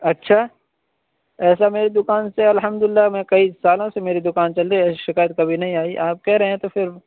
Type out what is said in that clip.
اچھا ایسا میری دکان سے الحمد اللہ میں کئی سالوں سے میری دکان چل رہی ہے ایسی شکایت کبھی نہیں آئی آپ کہہ رہے ہیں تو پھر